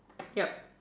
ya